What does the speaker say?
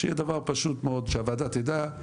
שהוועדה תדע.